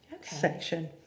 section